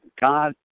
God